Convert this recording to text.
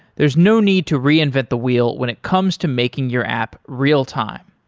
there's no need to reinvent the wheel when it comes to making your app real-time.